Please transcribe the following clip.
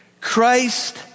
Christ